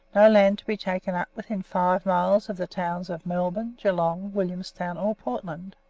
no land to be taken up within five miles of the towns of melbourne, geelong, williamstown, or portland.